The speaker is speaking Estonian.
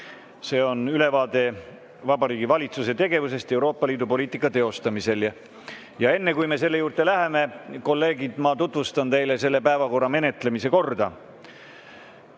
ülevaade Vabariigi Valitsuse tegevusest Euroopa Liidu poliitika teostamisel. Enne, kui me selle juurde läheme, kolleegid, tutvustan ma teile selle päevakorrapunkti menetlemise korda.